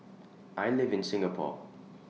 I live in Singapore